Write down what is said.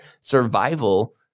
survival